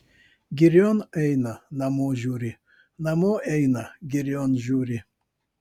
girion eina namo žiūri namo eina girion žiūri